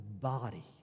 body